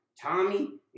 Tommy